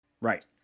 Right